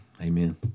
Amen